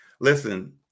listen